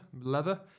leather